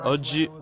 Oggi